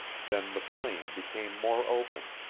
then the plain became more open,